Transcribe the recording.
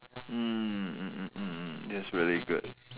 mm mm mm mm that's really good